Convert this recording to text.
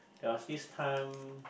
there was this time